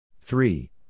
three